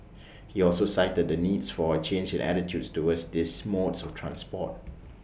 he also cited the needs for A change in attitudes towards these modes of transport